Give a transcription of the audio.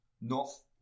north